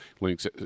links